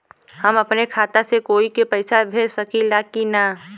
हम अपने खाता से कोई के पैसा भेज सकी ला की ना?